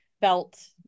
felt